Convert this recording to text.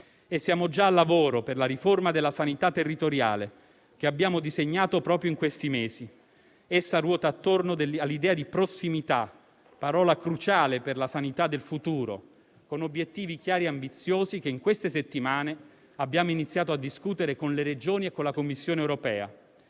Siamo già al lavoro per la riforma della sanità territoriale, che abbiamo disegnato proprio in questi mesi. Essa ruota attorno all'idea di prossimità - parola cruciale per la sanità del futuro - con obiettivi chiari e ambiziosi che in queste settimane abbiamo iniziato a discutere con le Regioni e con la Commissione europea.